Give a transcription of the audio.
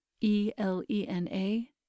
E-L-E-N-A